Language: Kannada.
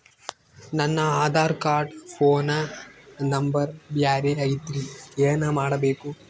ನನ ಆಧಾರ ಕಾರ್ಡ್ ಫೋನ ನಂಬರ್ ಬ್ಯಾರೆ ಐತ್ರಿ ಏನ ಮಾಡಬೇಕು?